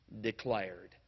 declared